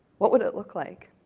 what would it look like?